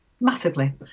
massively